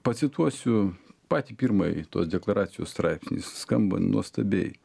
pacituosiu patį pirmąjį tos deklaracijos straipsnį jis skamba nuostabiai